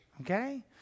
Okay